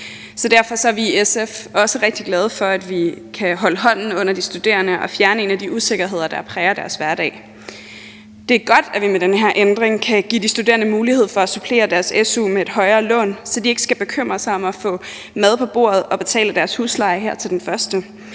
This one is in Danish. derfor er vi i SF også rigtig glade for, at vi kan holde hånden under de studerende og fjerne en af de usikkerheder, der præger deres hverdag. Det er godt, at vi med den her ændring kan give de studerende mulighed for at supplere deres su med et højere lån, så de ikke skal bekymre sig om at få mad på bordet og betale deres husleje her til den første,